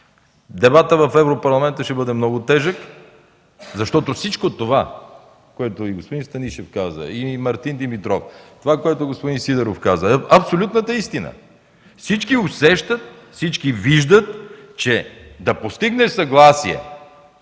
Дебатът в Европарламента ще бъде много тежък, защото всичко това, което казаха господин Станишев, Мартин Димитров, господин Сидеров, е абсолютната истина. Всички усещат, всички виждат, че да постигнеш съгласие